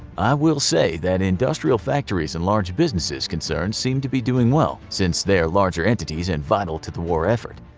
i will say that industrial factories and large business concerns seem to be doing well. since they are larger entities and vital to the war effort,